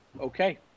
Okay